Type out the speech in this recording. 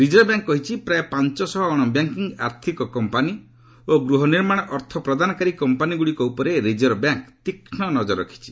reserve bank କହିଛି ପ୍ରାୟ ପାଞ୍ଚ ଶହ ଅଣବ୍ୟାଙ୍କିଙ୍ଗ୍ ଆର୍ଥିକ କମ୍ପାନୀ ଓ ଗୃହ ନିର୍ମାଣ ଅର୍ଥ ପଦାନକାରୀ କମ୍ପାନୀଗୁଡ଼ିକ ଉପରେ ରିଜର୍ଭ ବ୍ୟାଙ୍କ୍ ତୀକ୍ଷ୍ନ ନଜର ରଖିଛି